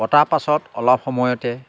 পতাৰ পাছত অলপ সময়তে